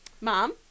Mom